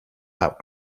out